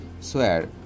swear